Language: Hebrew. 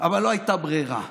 אבל לא הייתה ברירה.